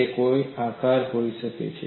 તે કોઈપણ આકાર હોઈ શકે છે